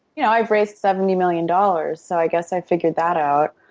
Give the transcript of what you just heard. you know, i've raised seventy million dollars so i guess i figured that out.